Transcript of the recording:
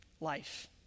life